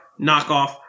knockoff